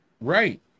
Right